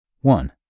One